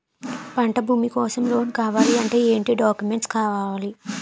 పంట భూమి కోసం లోన్ కావాలి అంటే ఏంటి డాక్యుమెంట్స్ ఉండాలి?